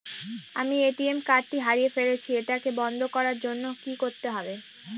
আমি ATM card টি হারিয়ে ফেলেছি এটাকে বন্ধ করার জন্য কি করতে হবে?